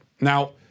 Now